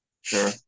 Sure